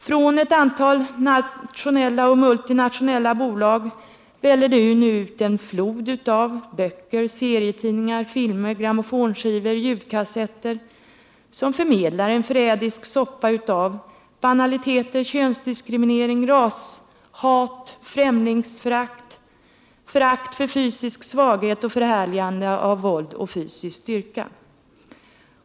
Från ett antal nationella och multinationella bolag väller det nu ut en flod av serietidningar, böcker, filmer, grammofonskivor och ljudkassetter, som förmedlar en förrädisk soppa av banaliteter, könsdiskriminering, rashat, främlingsförakt, förakt för fysisk svaghet och förhärligande av våld och fysisk styrka.